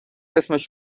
اسمش